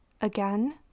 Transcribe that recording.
again